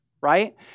right